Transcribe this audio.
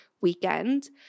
weekend